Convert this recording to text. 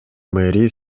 мэри